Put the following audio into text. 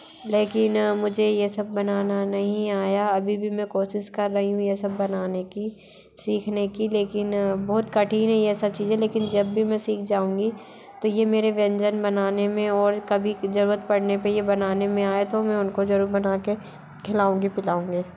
लेकिन मुझे यह सब बनाना नहीं आया अभी भी मैं कोशिश कर रही हूँ ये सब बनाने की सीखने की लेकिन बहुत कठिन है यह सब चीज़ें लेकिन जब भी हमें सीख जाऊंगी तो यह मेरे व्यंजन बनाने में और कभी ज़रूरत पड़ने पर बनाने में बनाने में आया तो उनको ज़रूर बना कर खिलाऊंगी पिलाऊंगी